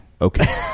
Okay